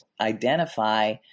identify